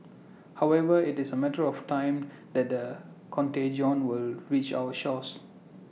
however IT is A matter of time that the contagion will reach our shores